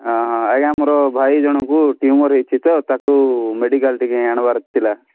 ଅହଁ ଆଜ୍ଞା ମୋର ଭାଇ ଜଣଙ୍କୁ ଟ୍ୟୁମର୍ ହୋଇଛି ତ ତାକୁ ମେଡ଼ିକାଲ୍ ଟିକେ ଆଣିବାର ଥିଲା